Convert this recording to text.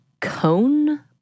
cone